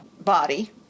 body